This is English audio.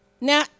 Now